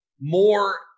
more